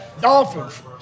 Dolphins